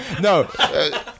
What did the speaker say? No